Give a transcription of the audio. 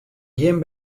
gjin